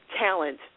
talent